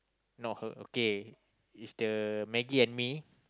not her okay it's the Maggie and mee